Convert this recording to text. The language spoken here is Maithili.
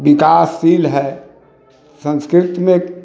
विकासशील है संस्कृतमे